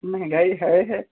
महंगाई हैय है